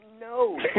No